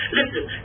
Listen